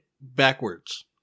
backwards